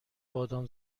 بادام